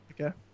okay